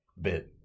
bit